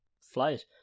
flight